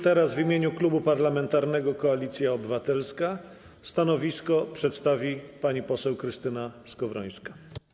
Teraz w imieniu Klubu Parlamentarnego Koalicja Obywatelska stanowisko przedstawi pani poseł Krystyna Skowrońska.